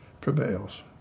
prevails